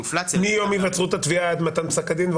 מיום היווצרות התביעה עד מתן פסק הדין.